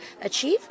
achieve